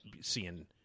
seeing